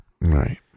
Right